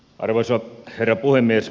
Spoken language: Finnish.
arvoisa herra puhemies